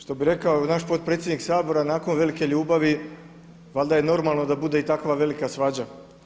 Što bi rekao naš potpredsjednik Sabora nakon velike ljubavi valjda je i normalno da bude i takva velika svađa.